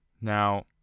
Now